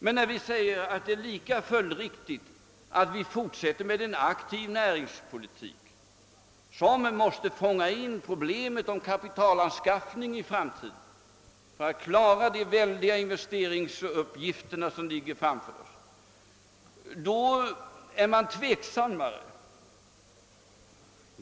Men när vi säger att det är lika följdriktigt att fortsätta med en aktiv näringspolitik, som måste fånga in problemet om framtida kapitalanskaffning för att klara de väldiga investeringsutgifter som ligger framför oss, blir man tveksammare.